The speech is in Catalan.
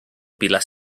pilar